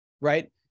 Right